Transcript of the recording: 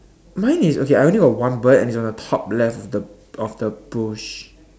mine is okay I only got one bird and it's on the top left of the of the bush